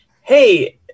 hey